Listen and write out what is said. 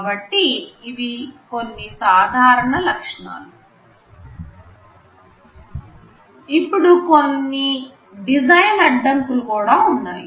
కాబట్టి ఇవి కొన్ని సాధారణ లక్షణాలు ఇప్పుడు కొన్ని డిజైన్ అడ్డంకులు కూడా ఉన్నాయి